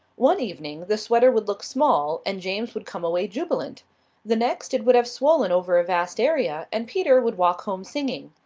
one evening the sweater would look small, and james would come away jubilant the next it would have swollen over a vast area, and peter would walk home singing.